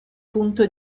punto